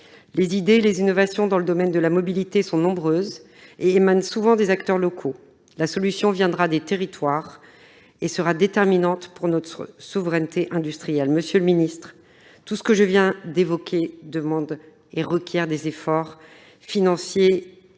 Les idées et les innovations dans le domaine de la mobilité sont nombreuses et émanent souvent des acteurs locaux. La solution viendra des territoires et sera déterminante pour notre souveraineté industrielle. Monsieur le secrétaire d'État, tout ce que je viens d'évoquer requiert des efforts financiers